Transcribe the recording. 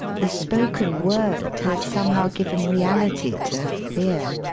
the spoken word has somehow given reality to her fear.